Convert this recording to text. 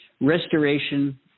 restoration